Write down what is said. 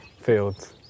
fields